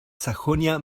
sajonia